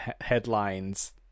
headlines